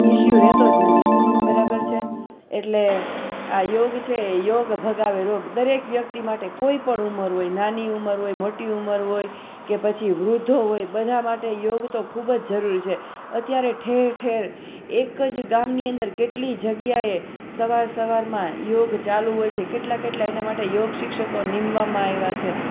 issue રહેતો જ નથી બરાબર છે એટલે આ યોગ છે એ યોગ ભગાવે રોગ દરેક વ્યક્તિ માટે કોઈપણ ઉંમર હોય નાની ઉંમર હોય મોટી ઉંમર હોય કે પછી વૃદ્ધો હોય બધા માટે યોગ તો ખૂબ જ જરૂરી છે અત્યારે ઠેરઠેર એક જ ગામની અંદર કેટલી જગ્યાએ સવાર સવારમાં યોગ ચાલુ હોય છે કેટલા કેટલા એના માટે યોગ શિક્ષકો નીમવામાં આવ્યા છે